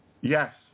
Yes